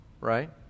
right